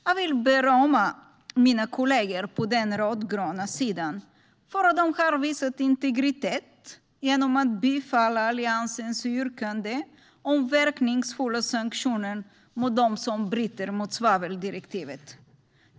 Jag vill berömma mina kollegor på den rödgröna sidan för att de har visat integritet genom att bifalla Alliansens yrkande om verkningsfulla sanktioner mot dem som bryter mot svaveldirektivet.